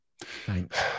Thanks